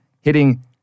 hitting